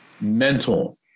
Mental